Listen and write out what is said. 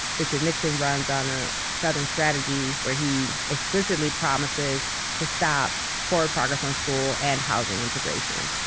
richard nixon runs on a southern strategy where he explicitly promises to stop forward progress on school and housing integration.